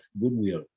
goodwill